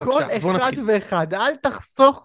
כל אחד ואחד, אל תחסוך!